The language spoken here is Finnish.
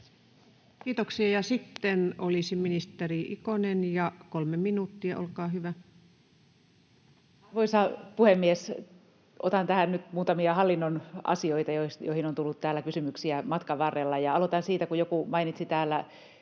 hallituksen ohjelma 20.6.2023 Time: 15:15 Content: Arvoisa puhemies! Otan tähän nyt muutamia hallinnon asioita, joihin on tullut täällä kysymyksiä matkan varrella, ja aloitan siitä, kun joku mainitsi täällä